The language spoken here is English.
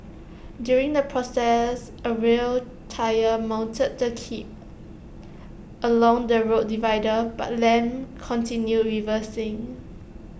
during the process A rear tyre mounted the kerb along the road divider but Lam continued reversing